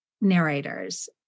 narrators